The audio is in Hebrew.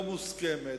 לא מוסכמת,